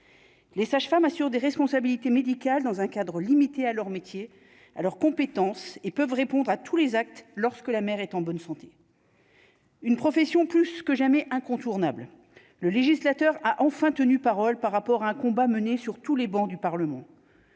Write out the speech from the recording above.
les sages-femmes assurent des responsabilités médicales dans un cadre limité à leur métier alors, compétences, ils peuvent répondre à tous les actes lorsque la mer est en bonne santé. Une profession, plus que jamais incontournable, le législateur a enfin tenu parole par rapport à un combat mené sur tous les bancs du Parlement.